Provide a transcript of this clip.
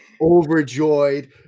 overjoyed